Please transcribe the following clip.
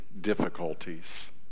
difficulties